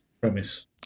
premise